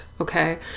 okay